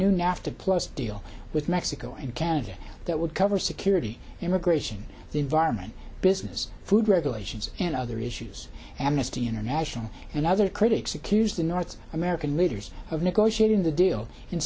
new nafta plus deal with mexico and canada that would cover security immigration the environment business food regulations and other issues amnesty international and other critics accused the north american leaders of negotiating the deal in